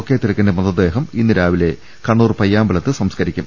K തിലകന്റെ മൃതദേഹം ഇന്ന് രാവിലെ കണ്ണൂർ പയ്യാമ്പലത്ത് സംസ്ക്കരിക്കും